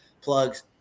plugs